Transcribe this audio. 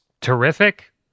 terrific